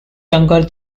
younger